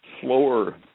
slower